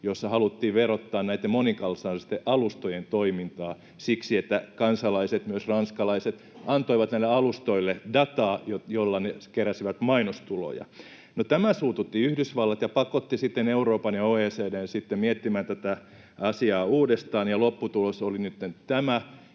jossa haluttiin verottaa näitten monikansallisten alustojen toimintaa siksi, että kansalaiset, myös ranskalaiset, antoivat näille alustoille dataa, jolla ne keräsivät mainostuloja. No, tämä suututti Yhdysvallat ja pakotti sitten Euroopan ja OECD:n miettimään tätä asiaa uudestaan, ja lopputulos oli nytten tämä,